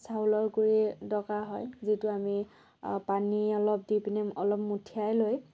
চাউলৰ গুড়ি দৰকাৰ হয় যিটো আমি পানী অলপ দি পিনে অলপ মথিয়াই লৈ